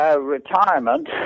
Retirement